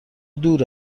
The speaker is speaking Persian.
دور